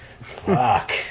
Fuck